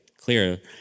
clear